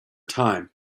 time